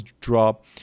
drop